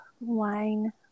wine